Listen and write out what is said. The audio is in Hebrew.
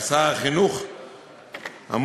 שר החינוך אמור,